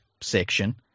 section